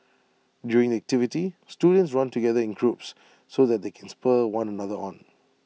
during the activity students run together in groups so that they can spur one another on